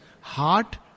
heart